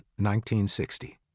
1960